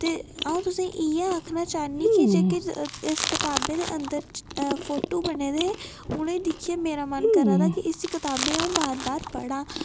ते अ'ऊं तुसें गी इ'यै आखना चाह्न्नीं कि जेह्की इस कताबें दे अंदर फोटू बने दे उनें गी दिक्खियै मेरा मन करै दा कि इस कताबै गी अ'ऊं बार बार पढांऽ ते